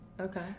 Okay